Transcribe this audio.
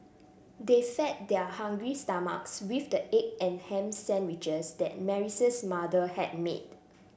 they fed their hungry stomachs with the egg and ham sandwiches that Mary's mother had made